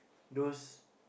those